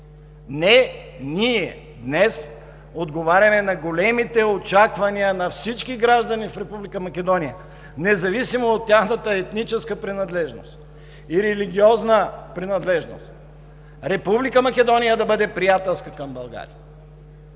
Не, ние днес отговаряме на големите очаквания на всички граждани в Република Македония, независимо от тяхната етническа и религиозна принадлежност – Република Македония да бъде приятелска към България.